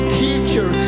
teacher